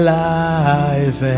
life